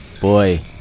Boy